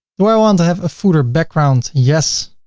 do i want i have a footer background? yes.